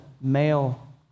male